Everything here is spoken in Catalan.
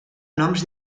noms